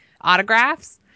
autographs